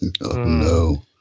no